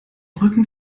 rücken